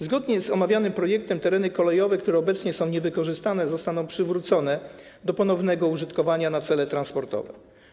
Zgodnie z omawianym projektem tereny kolejowe, które obecnie są niewykorzystane, zostaną przywrócone do ponownego użytkowania w celach transportowych.